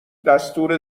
دستور